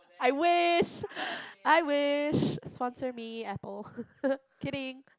I wish I wish sponsor me Apple kidding